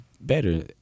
better